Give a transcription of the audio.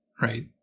right